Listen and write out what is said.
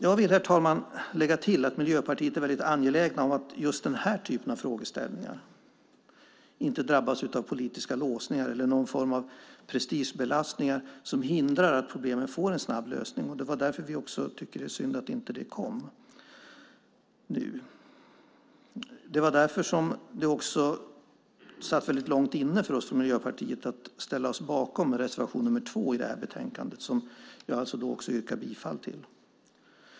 Jag vill, herr talman, lägga till att Miljöpartiet är väldigt angeläget om att just den här typen av frågeställningar inte ska drabbas av politiska låsningar eller någon form av prestigebelastningar som hindrar att problemen får en snabb lösning. Det var därför som det satt väldigt långt inne för oss från Miljöpartiet att ställa oss bakom reservation nr 2 i det här betänkandet som jag också yrkar bifall till.